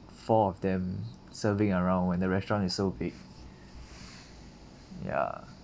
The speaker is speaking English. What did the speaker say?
four of them serving around when the restaurant is so big ya